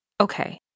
okay